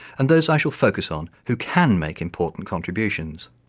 and those i shall focus on who can make important contributions.